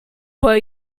were